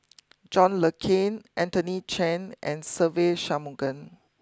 John Le Cain Anthony Chen and Se Ve Shanmugam